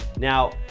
Now